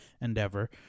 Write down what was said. endeavor